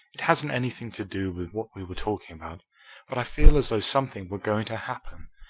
it hasn't anything to do with what we were talking about, but i feel as though something were going to happen,